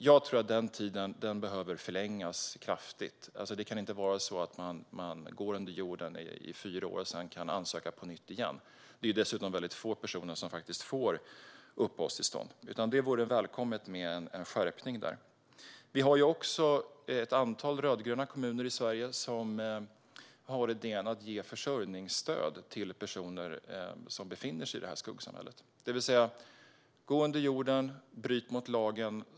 Jag tror att den tiden behöver förlängas kraftigt. Det kan inte vara så att man kan gå under jorden i fyra år och sedan ansöka på nytt igen. Det är dessutom väldigt få personer som får uppehållstillstånd. Det vore välkommet med en skärpning där. Vi har ett antal rödgröna kommuner i Sverige som har varit med om att ge försörjningsstöd till personer som befinner sig i detta skuggsamhälle. Man säger alltså: Gå under jorden och bryt mot lagen!